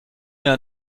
mehr